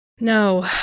no